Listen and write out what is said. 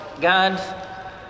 God